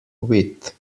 witt